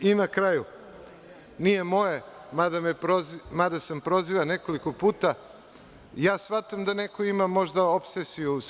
Na kraju, nije moje mada sam prozivan nekoliko puta, ja smatram da neko ima možda opsesiju SPS